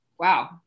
wow